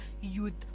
Youth